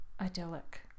idyllic